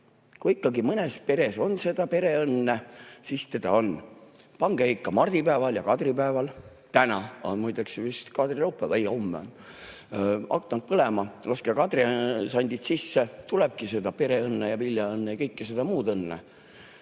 Kui ikkagi mõnes peres on seda pereõnne, siis seda on. Pange ikka mardipäeval ja kadripäeval – täna on muide vist kadrilaupäev, ei, homme on – aknad põlema, laske kadrisandid sisse, tulebki seda pereõnne ja viljaõnne ja kõike muud õnne.